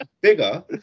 bigger